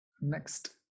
next